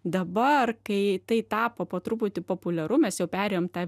dabar kai tai tapo po truputį populiaru mes jau perėjom tą